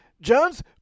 Jones